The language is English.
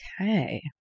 Okay